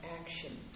action